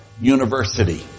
University